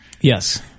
Yes